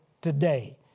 today